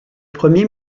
premier